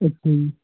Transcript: ਅੱਛਾ ਜੀ